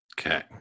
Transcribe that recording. okay